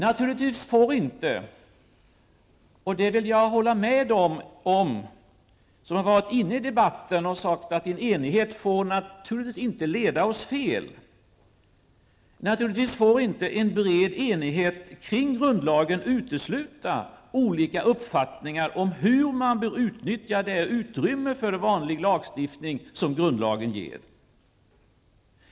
Naturligtvis får inte en bred enighet kring grundlagen utesluta olika uppfattningar om hur man bör utnyttja det utrymme för vanlig lagstiftning som grundlagen ger. Där vill jag hålla med dem som i debatten sagt att en enighet naturligtvis inte får leda oss fel.